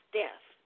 death